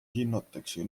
hinnatakse